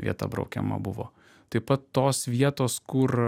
vieta braukiama buvo taip pat tos vietos kur